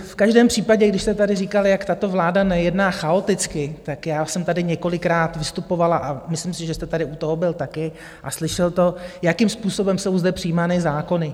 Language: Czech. V každém případě, když jste tady říkal, jak tato vláda nejedná chaoticky, tak já jsem tady několikrát vystupovala a myslím si, že jste tady u toho byl taky a slyšel to, jakým způsobem jsou zde přijímány zákony.